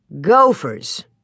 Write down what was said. Gophers